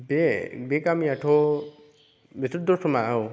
बे बे गामियाथ' बेथ' दतमा औ